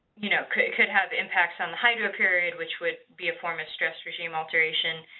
you know could could have impacts on the hydroperiod which would be a form of stress regime alteration.